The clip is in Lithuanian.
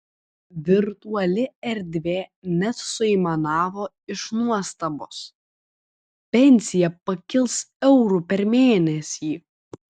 virtuali erdvė net suaimanavo iš nuostabos pensija pakils euru per mėnesį